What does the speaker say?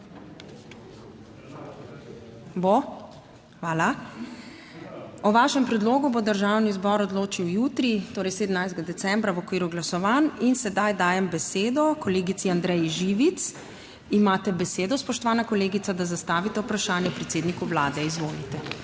Bo? Hvala. O vašem predlogu bo Državni zbor odločil jutri, torej 17. decembra, v okviru glasovanj. Sedaj dajem besedo kolegici Andreji Živic. Spoštovana kolegica, imate besedo, da zastavite vprašanje predsedniku Vlade. Izvolite.